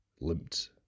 limped